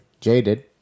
jaded